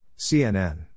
CNN